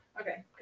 Okay